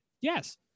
Yes